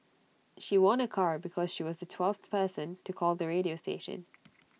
she won A car because she was the twelfth person to call the radio station